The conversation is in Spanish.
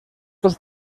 dos